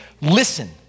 listen